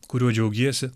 kuriuo džiaugiesi